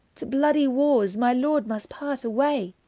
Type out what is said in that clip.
to bloodye warres my lord must part awaye.